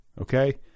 okay